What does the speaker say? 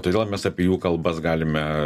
todėl mes apie jų kalbas galime